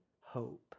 hope